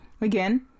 again